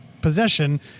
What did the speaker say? possession